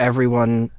everyone